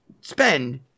spend